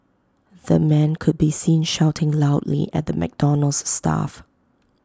the man could be seen shouting loudly at the McDonald's staff